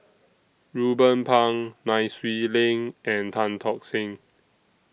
Ruben Pang Nai Swee Leng and Tan Tock Seng